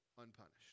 unpunished